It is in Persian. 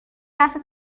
لحظه